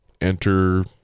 enter